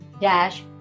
Dash